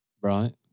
Right